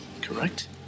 correct